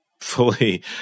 fully